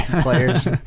players